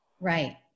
Right